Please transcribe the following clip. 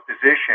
position